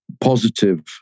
positive